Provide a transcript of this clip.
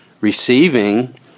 receiving